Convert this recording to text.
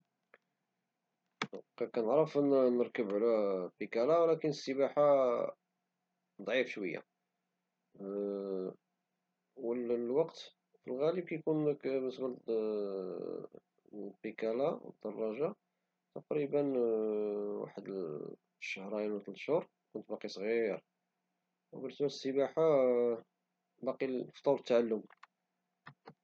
كنعرف نركب على البيكالا ولكن السباحة ضعيف شوية والوقت في الغالب كيكون بالنسبة للبيكالا الدراجة تقريبا واحد الشهريين ولى ثلاث شهور كنت باقي صغير او بالنسبة للسباحة باقي في طور التعلم